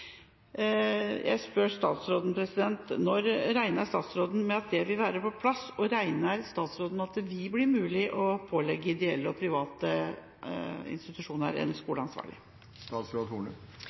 Jeg spør statsråden: Når regner statsråden med at det vil være på plass? Regner statsråden med at det vil bli mulig å pålegge ideelle og private institusjoner en skoleansvarlig?